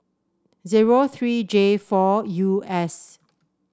zero three J four U S